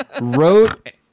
Wrote